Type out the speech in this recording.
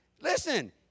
Listen